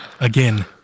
again